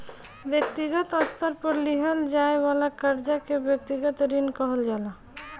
व्यक्तिगत स्तर पर लिहल जाये वाला कर्जा के व्यक्तिगत ऋण कहल जाला